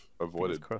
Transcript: avoided